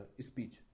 speech